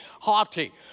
haughty